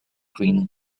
green